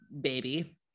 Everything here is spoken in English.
baby